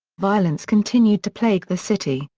violence continued to plague the city,